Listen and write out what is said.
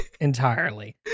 entirely